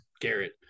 Garrett